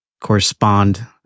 Correspond